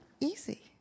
easy